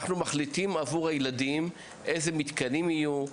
אנחנו מחליטים עבור הילדים איזה מתקנים יהיו,